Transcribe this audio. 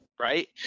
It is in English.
right